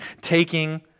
taking